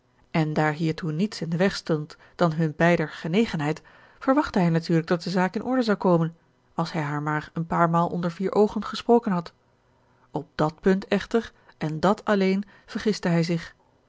en daar hiertoe niets in den weg stond dan hun beider genegenheid verwachtte hij natuurlijk dat de zaak in orde zou komen als hij haar maar een paar maal onder vier oogen gesproken had op dat punt echter en dàt alleen vergiste hij zich